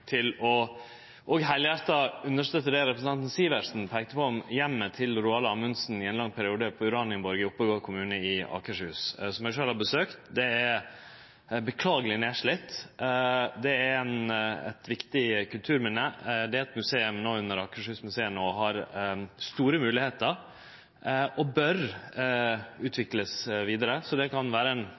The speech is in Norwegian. til heilhjarta å støtte det representanten Sivertsen peikte på, heimen til Roald Amundsen i ein lang periode, Uranienborg i Oppegård kommune i Akershus, som eg sjølv har besøkt. Det er beklageleg nedslite. Det er eit viktig kulturminne. Det er eit museum under Akershusmuseet som no har store moglegheiter, og som bør utviklast vidare. Det kan vere